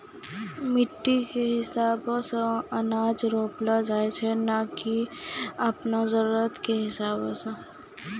मिट्टी कॅ हिसाबो सॅ अनाज रोपलो जाय छै नै की आपनो जरुरत कॅ हिसाबो सॅ